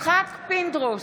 יצחק פינדרוס,